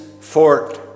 fort